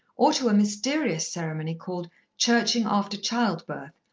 or to a mysterious ceremony called churching after child-birth,